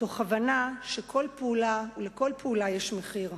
תוך הבנה שלכל פעולה יש מחיר,